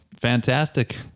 fantastic